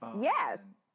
Yes